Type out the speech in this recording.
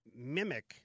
mimic